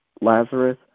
Lazarus